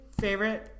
favorite